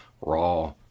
raw